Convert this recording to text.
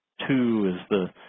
too is the